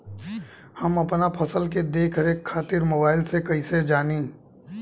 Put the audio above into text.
हम अपना फसल के देख रेख खातिर मोबाइल से कइसे जानी?